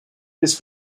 this